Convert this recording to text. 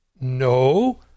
No